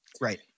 Right